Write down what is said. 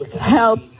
help